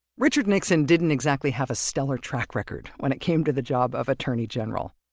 richard nixon didn't exactly have a stellar track record when it came to the job of attorney general